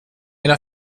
mina